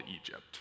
Egypt